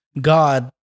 God